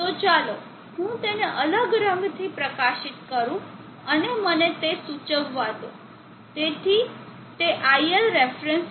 તો ચાલો હું તેને અલગ રંગથી પ્રકાશિત કરું અને મને તે સૂચવવા દો જેથી તે iLref છે